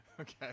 Okay